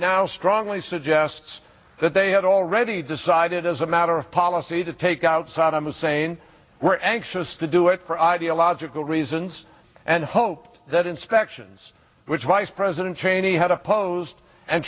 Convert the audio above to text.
now strongly suggests that they had already decided as a matter of policy to take out saddam hussein were anxious to do it for ideological reasons and hope that inspections which vice president cheney had opposed and